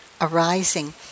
arising